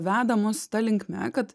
veda mus ta linkme kad